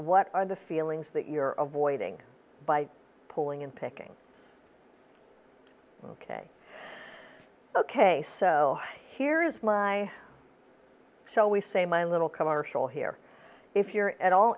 what are the feelings that you're avoiding by pulling in picking ok ok so here is my shall we say my little commercial here if you're at all